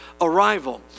Arrival